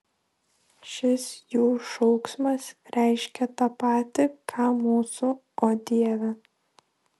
šis jų šauksmas reiškia tą patį ką mūsų o dieve